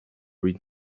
read